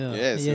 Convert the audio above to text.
yes